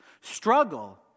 Struggle